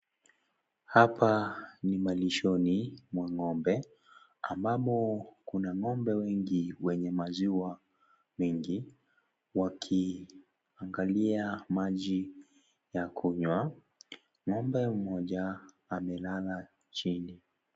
Hapa ni malishoni mwa ng'ombe ambamo kuna ng'ombe wengi wenye maziwa mengi wakiangalia maji ya kunywa. Ng'ombe mmoja amelala chini.